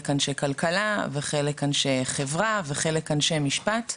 אנשי כלכלה וחלק אנשי חברה וחלק אנשי משפט,